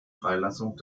freilassung